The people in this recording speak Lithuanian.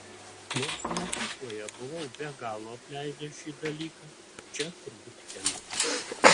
nors mokykloje buvau be galo apleidęs šį dalyką čia turbūt chemija